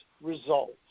results